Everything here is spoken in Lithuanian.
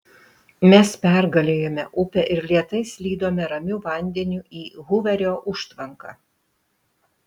mes pergalėjome upę ir lėtai slydome ramiu vandeniu į huverio užtvanką